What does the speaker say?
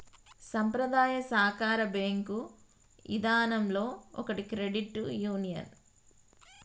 సంప్రదాయ సాకార బేంకు ఇదానంలో ఒకటి క్రెడిట్ యూనియన్